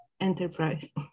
enterprise